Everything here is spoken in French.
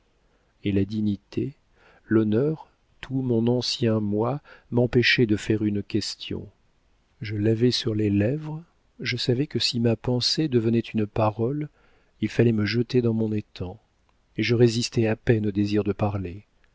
et la dignité l'honneur tout mon ancien moi m'empêchaient de faire une question je l'avais sur les lèvres je savais que si ma pensée devenait une parole il fallait me jeter dans mon étang et je résistais à peine au désir de parler